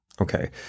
okay